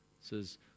says